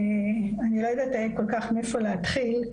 אני לא יודעת כל כך מאיפה להתחיל,